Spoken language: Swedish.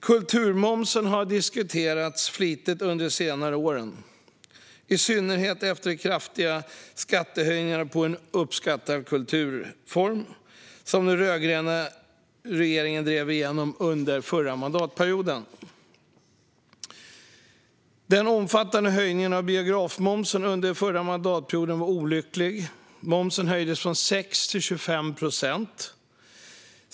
Kulturmomsen har diskuterats flitigt under senare år, i synnerhet efter kraftiga skattehöjningar på en uppskattad kulturform som den rödgröna regeringen drev igenom under den förra mandatperioden. Den omfattande höjningen av biografmomsen under den förra mandatperioden var olycklig. Momsen höjdes från 6 procent till 25 procent.